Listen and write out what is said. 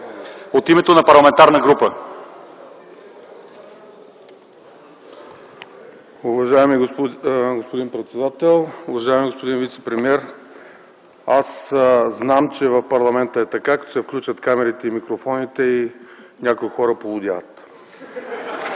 от името на парламентарна група.